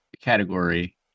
Category